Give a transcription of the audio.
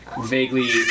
vaguely